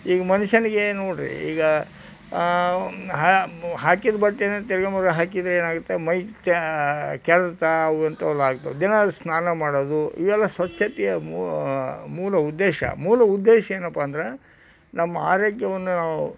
ಈಗ ಮನುಷ್ಯನಿಗೆ ನೋಡಿರಿ ಈಗ ಹಾಕಿದ ಬಟ್ಟೆನೇ ತಿರ್ಗ ಮುರ್ಗ ಹಾಕಿದರೆ ಏನಾಗುತ್ತೆ ಮೈ ಕೆರೆತ ಅವು ಇಂಥವೆಲ್ಲ ಆಗ್ತದೆ ದಿನಾ ಸ್ನಾನ ಮಾಡೋದು ಇವೆಲ್ಲ ಸ್ವಚ್ಛತೆಯ ಮೂಲ ಉದ್ದೇಶ ಮೂಲ ಉದ್ದೇಶ ಏನಪ್ಪ ಅಂದ್ರೆ ನಮ್ಮ ಆರೋಗ್ಯವನ್ನು ನಾವು